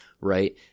right